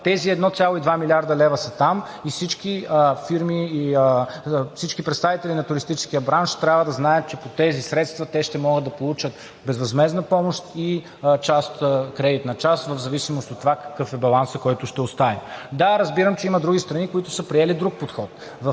Тези 1,2 млрд. лв. са там и всички представители на туристическия бранш трябва да знаят, че по тези средства ще могат да получат безвъзмездна помощ и кредитна част в зависимост от това какъв е балансът, който ще оставим. Да, разбирам, че има други страни, които са приели друг подход.